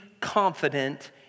confident